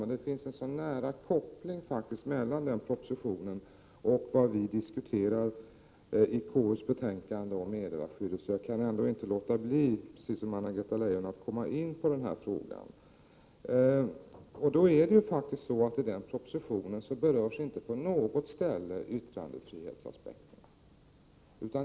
Men det finns faktiskt en nära koppling mellan den propositionen och vad vi diskuterar i KU:s betänkande om meddelarskyddet, så jag kan ändå inte låta bli att — precis som Anna-Greta Leijon - komma in på den här frågan. I den propositionen berörs inte på något ställe yttrandefrihetsaspekterna.